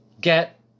Get